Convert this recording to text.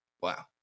Wow